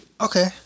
Okay